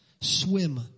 swim